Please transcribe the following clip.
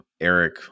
Eric